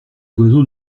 oiseaux